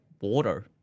water